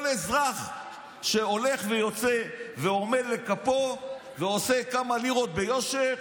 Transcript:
כל אזרח שהולך ויוצא ועמל ועושה כמה לירות ביושר,